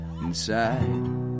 inside